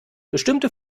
bestimmte